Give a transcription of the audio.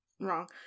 wrong